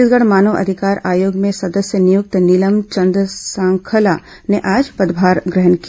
छत्तीसगढ़ मानव अधिकार आयोग में सदस्य नियुक्त नीलम चंद सांखला ने आज पदभार ग्रहण किया